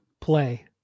play